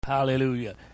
Hallelujah